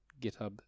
GitHub